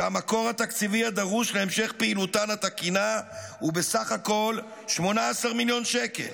שהמקור התקציבי הדרוש להמשך פעילותן התקינה הוא בסך הכול 18 מיליון שקל.